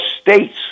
states